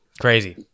crazy